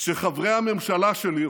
כשחברי הממשלה שלי,